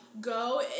go